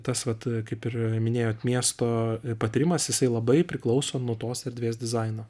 tas vat kaip ir minėjot miesto patyrimas jisai labai priklauso nuo tos erdvės dizaino